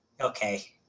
okay